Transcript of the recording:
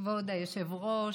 כבוד היושב-ראש,